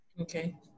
okay